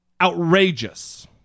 outrageous